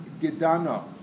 Gedana